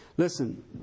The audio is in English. Listen